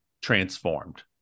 transformed